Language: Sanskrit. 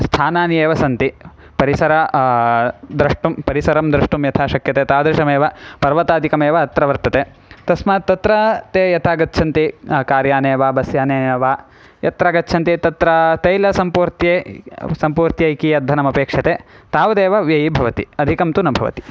स्थानानि एव सन्ति परिसरं द्रष्टुं परिसरं द्रष्टुं यथा शक्यते तादृशमेव पर्वतादिकमेव अत्र वर्तते तस्मात् तत्र ते यदा गच्छन्ति कार्याने वा बस्यानेन वा यत्र गच्छन्ति तत्र तैलसम्पूर्त्यै सम्पूर्त्यै कियद्धनमपेक्षते तावदेव व्ययीभवति अधिकं तु न भवति